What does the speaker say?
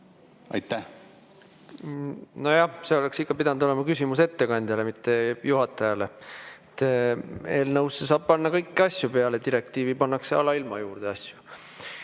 pandud? Nojah, see oleks ikka pidanud olema küsimus ettekandjale, mitte juhatajale. Eelnõusse saab panna kõiki asju. Peale direktiivi pannakse alailma asju